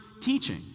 Teaching